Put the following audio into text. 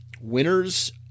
winners